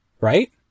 Right